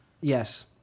Yes